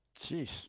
Jeez